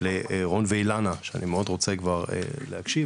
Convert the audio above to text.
לרון ואילנה שאני מאוד רוצה כבר להקשיב,